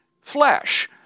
flesh